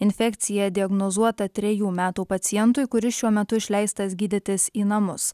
infekcija diagnozuota trejų metų pacientui kuris šiuo metu išleistas gydytis į namus